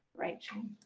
rachel